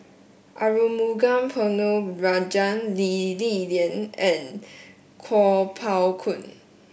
Arumugam Ponnu Rajah Lee Li Lian and Kuo Pao Kun